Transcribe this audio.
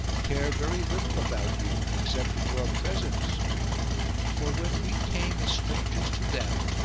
care very little about you except in your presence for when we came as strangers to them,